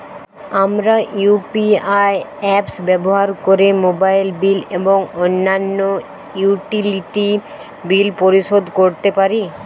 আমরা UPI apps ব্যবহার করে মোবাইল বিল এবং অন্যান্য ইউটিলিটি বিল পরিশোধ করতে পারি